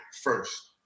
first